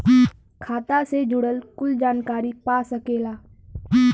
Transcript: खाता से जुड़ल कुल जानकारी पा सकेला